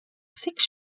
six